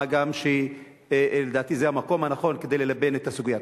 מה גם שלדעתי זה המקום הנכון כדי ללבן את הסוגיה.